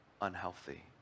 unhealthy